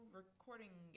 recording